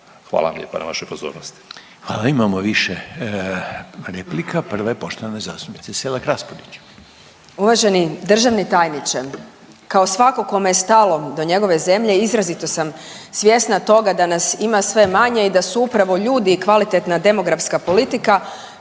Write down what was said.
Hvala vam lijepa na vašoj pozornosti. **Reiner, Željko (HDZ)** Hvala. Imamo više replika. Prva je poštovane zastupnice Selak Raspudić. **Selak Raspudić, Marija (Nezavisni)** Uvaženi državni tajniče, kao svatko kome je stalo do njegove zemlje, izrazito sam svjesna toga da nas ima sve manje i da su upravo ljudi kvalitetna demografska politika